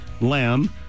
lamb